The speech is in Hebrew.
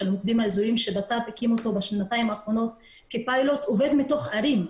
של מוקדים אזוריים שבט"פ הקים בשנתיים האחרונות כפיילוט עובד מתוך ערים.